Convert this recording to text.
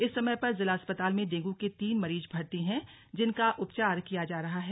इस समय पर जिला अस्पताल में डेंगू के तीन मरीज भर्ती हैं जिनका उपचार किया जा रहा है